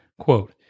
quote